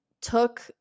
took